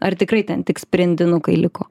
ar tikrai ten tik sprendinukai kai liko